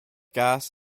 gas